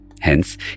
Hence